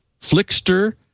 Flickster